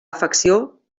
afecció